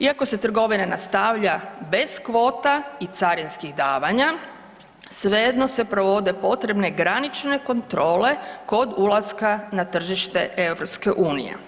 Iako se trgovina nastavlja bez kvota i carinskih davanja, svejedno se provode potrebne granične kontrole kod ulaska na tržište EU.